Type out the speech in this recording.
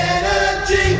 Energy